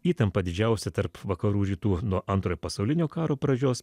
įtampa didžiausia tarp vakarų rytų nuo antrojo pasaulinio karo pradžios